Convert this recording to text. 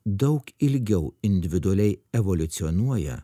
daug ilgiau individualiai evoliucionuoja